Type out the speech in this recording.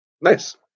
Nice